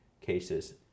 cases